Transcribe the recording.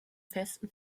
festen